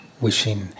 wishing